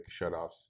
shutoffs